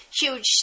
huge